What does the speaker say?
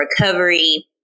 recovery